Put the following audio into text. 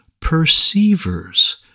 perceivers